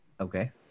Okay